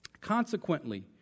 Consequently